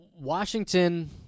Washington